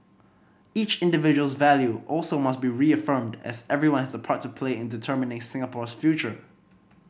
each individual's value also must be reaffirmed as everyone has a part to play in determining Singapore's future